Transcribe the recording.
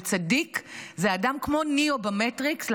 וצדיק זה אדם כמו ניאו במטריקס,